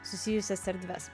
susijusias erdves